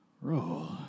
roll